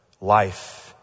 life